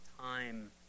time